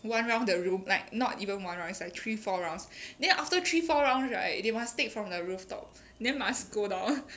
one round the room like not even one round is like three four rounds then after three four rounds right they take from the rooftop then must go down